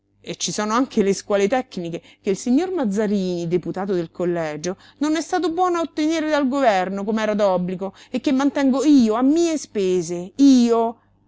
e ci sono anche le scuole tecniche che il signor mazzarini deputato del collegio non è stato buono a ottenere dal governo com'era d'obbligo e che mantengo io a mie spese io